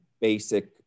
basic